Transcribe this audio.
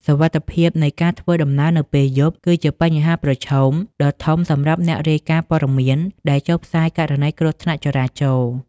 សុវត្ថិភាពនៃការធ្វើដំណើរនៅពេលយប់ គឺជាបញ្ហាប្រឈមដ៏ធំសម្រាប់អ្នករាយការណ៍ព័ត៌មានដែលចុះផ្សាយករណីគ្រោះថ្នាក់ចរាចរណ៍។